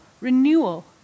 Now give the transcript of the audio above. renewal